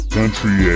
Country